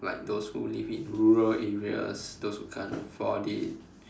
like those who live in rural areas those who can't afford it